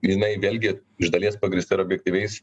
jinai vėlgi iš dalies pagrįsta ir objektyviais